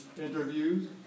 interviews